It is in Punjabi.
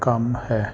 ਕੰਮ ਹੈ